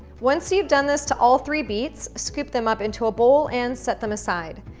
once you've done this to all three beets, scoop them up into a bowl and set them aside.